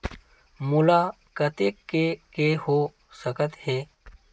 मोला कतेक के के हो सकत हे?